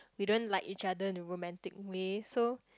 we don't like each other in a romantic way so